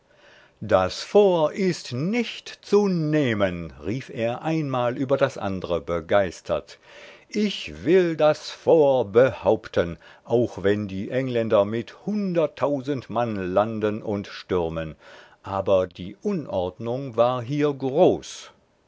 das fort ist nicht zu nehmen rief er einmal über das andre begeistert ich will das fort behaupten auch wenn die engländer mit hunderttausend mann landen und stürmen aber die unordnung war hier groß